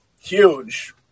Huge